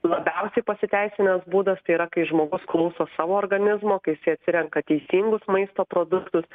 labiausiai pasiteisinęs būdas tai yra kai žmogus klauso savo organizmo kai jisai atsirenka teisingus maisto produktus